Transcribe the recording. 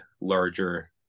larger